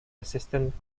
assistant